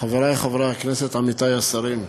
חברי חברי הכנסת, עמיתי השרים,